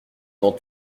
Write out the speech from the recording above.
dans